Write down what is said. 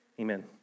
Amen